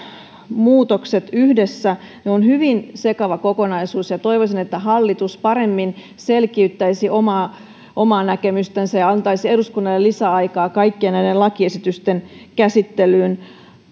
muutokset yhdessä ovat hyvin sekava kokonaisuus ja toivoisin että hallitus paremmin selkiyttäisi omaa omaa näkemystänsä ja antaisi eduskunnalle lisäaikaa kaikkien näiden lakiesitysten käsittelyyn